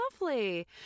lovely